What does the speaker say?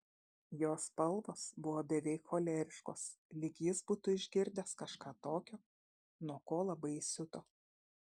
jo spalvos buvo beveik choleriškos lyg jis būtų išgirdęs kažką tokio nuo ko labai įsiuto